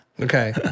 Okay